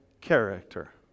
character